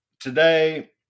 Today